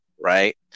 right